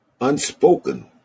unspoken